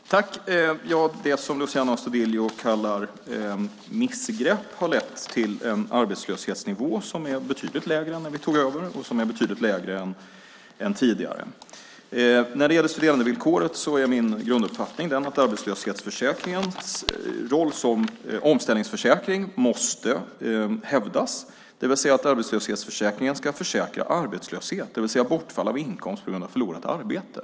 Fru talman! Det som Luciano Astudillo kallar för missgrepp har lett till en arbetslöshetsnivå som är betydligt lägre än arbetslöshetsnivån när vi tog över och som är betydligt lägre än tidigare. När det gäller studerandevillkoret är det min grunduppfattning att arbetslöshetsförsäkringens roll som omställningsförsäkring måste hävdas, det vill säga att arbetslöshetsförsäkringen ska försäkra arbetslöshet - alltså bortfall av inkomst på grund av förlorat arbete.